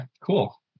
cool